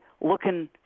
looking